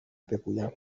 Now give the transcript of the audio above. بگویم